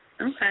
Okay